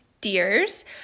DEERS